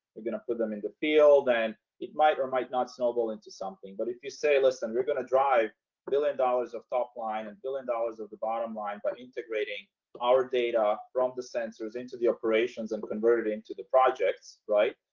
you're going to put them into field and it might or might not snowball into something. but if you say listen, we're going to drive billion dollars of top line and billion dollars of the bottom line by integrating our data from the sensors into the operations and converted into the projects, right?